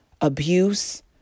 abuse